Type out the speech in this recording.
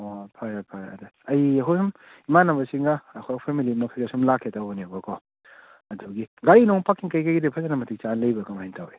ꯑꯣ ꯐꯔꯦ ꯐꯔꯦ ꯑꯗꯩ ꯑꯩ ꯍꯣꯔꯦꯟ ꯏꯃꯥꯅꯕꯁꯤꯡꯒ ꯑꯩꯈꯣꯏ ꯑꯩꯈꯣꯏ ꯃꯔꯤꯃꯨꯛꯁꯤ ꯑꯁꯨꯝ ꯂꯥꯛꯀꯦ ꯇꯧꯕꯅꯦꯕꯀꯣ ꯑꯗꯨꯒꯤ ꯒꯥꯔꯤ ꯅꯨꯡ ꯄꯥꯔꯀꯤꯡ ꯀꯩꯀꯩꯒꯤꯗꯤ ꯐꯖꯅ ꯃꯇꯤꯛ ꯆꯥꯅ ꯂꯩꯕ꯭ꯔꯥ ꯀꯃꯥꯏꯅ ꯇꯧꯋꯤ